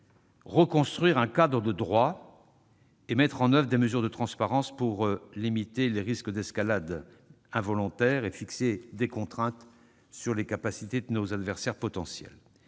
reconstruire un cadre de droit et appliquer des mesures de transparence pour limiter les risques d'escalade involontaire et fixer des contraintes sur les capacités de nos adversaires potentiels.